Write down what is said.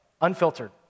unfiltered